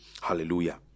hallelujah